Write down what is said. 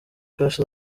cash